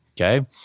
okay